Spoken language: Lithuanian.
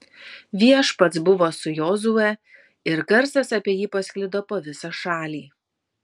viešpats buvo su jozue ir garsas apie jį pasklido po visą šalį